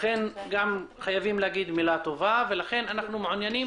לכן חייבים להגיד מילה טובה ואנחנו מעוניינים